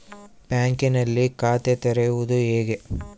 ಬ್ಯಾಂಕಿನಲ್ಲಿ ಖಾತೆ ತೆರೆಯುವುದು ಹೇಗೆ?